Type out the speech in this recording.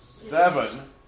Seven